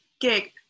gig